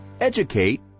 Educate